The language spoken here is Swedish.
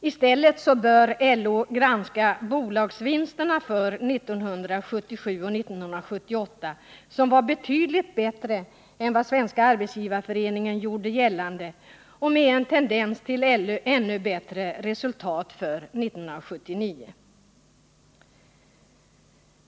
I stället bör LO granska bolagsvinsterna för 1977 och 1978, som var betydligt bättre än vad Svenska arbetsgivareföreningen gjorde gällande, och tendensen visar ännu bättre resultat 1979.